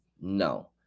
No